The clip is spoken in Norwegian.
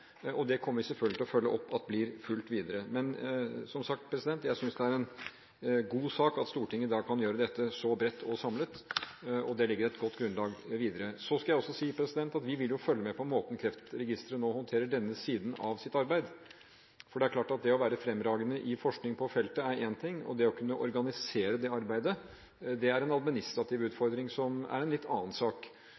og vi kommer selvfølgelig til å følge opp at det blir fulgt videre. Men, som sagt, jeg synes det er en god sak at Stortinget i dag kan gjøre dette så bredt og samlet, og det legger et godt grunnlag videre. Så skal jeg også si at vi vil følge med på måten Kreftregisteret nå håndterer denne siden av sitt arbeid, for det er klart at det å være fremragende i forskning på feltet er én ting, og det å kunne organisere det arbeidet er en administrativ